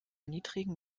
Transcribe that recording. niedrigen